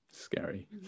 scary